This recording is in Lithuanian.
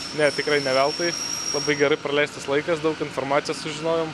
ne tikrai ne veltui labai gerai praleistas laikas daug informacijos sužinojom